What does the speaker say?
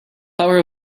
power